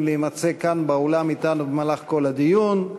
להימצא כאן באולם אתנו במהלך כל הדיון.